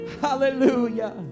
Hallelujah